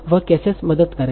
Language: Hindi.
वह कैसे मदद करेगा